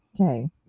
Okay